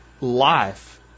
life